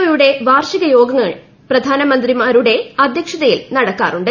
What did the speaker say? ഒയുടെ വാർഷിക യോഗങ്ങൾ പ്രധാനമന്ത്രിമാരുട്ട് അദ്ധ്യക്ഷതയിൽ നടക്കാറുണ്ട്